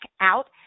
out